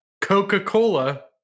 Coca-Cola